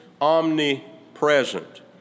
omnipresent